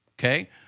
okay